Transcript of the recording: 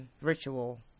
ritual